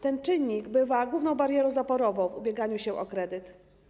Ten czynnik bywa główną barierą zaporową w ubieganiu się o kredyt.